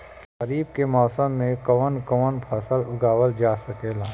खरीफ के मौसम मे कवन कवन फसल उगावल जा सकेला?